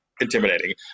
Intimidating